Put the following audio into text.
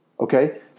Okay